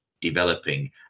developing